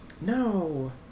No